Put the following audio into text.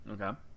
okay